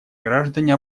граждане